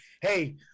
hey